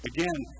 Again